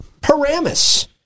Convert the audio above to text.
Paramus